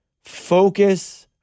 focus